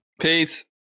peace